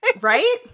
Right